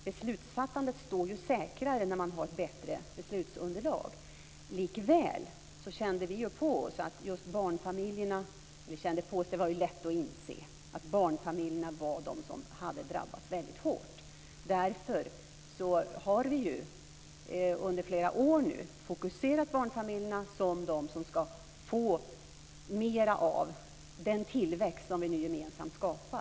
Beslutsfattandet står ju säkrare när man har ett bättre beslutsunderlag. Likväl var det lätt att inse att barnfamiljerna hade drabbats väldigt hårt. Därför har vi under flera år fokuserat barnfamiljerna som dem som ska få mer av den tillväxt som vi nu gemensamt skapar.